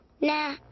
Nah